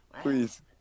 Please